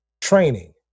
training